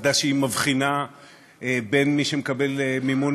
העובדה שהיא מבחינה בין מי שמקבל מימון